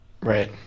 right